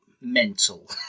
mental